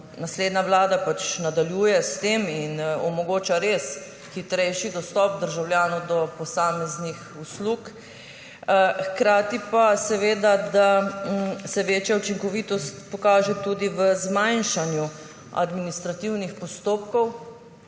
naslednja vlada nadaljuje s tem in res omogoča hitrejši dostop državljanov do posameznih uslug. Hkrati pa seveda, da se večja učinkovitost pokaže tudi v zmanjšanju administrativnih postopkov,